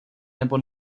nebo